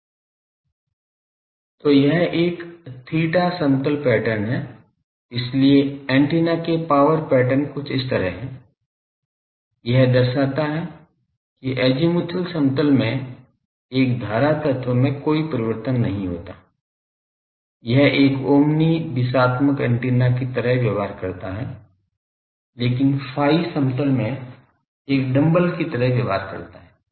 तो यह एक theta समतल पैटर्न है इसलिए एंटीना के पावर पैटर्न कुछ इस तरह हैं यह दर्शाता है कि अज़ीमुथल समतल में एक धारा तत्व में कोई परिवर्तन नहीं होता यह एक ओमनी दिशात्मक एंटीना की तरह व्यवहार करता है लेकिन phi समतल में एक डंबल की तरह व्यवहार करता है